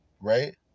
Right